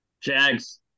Jags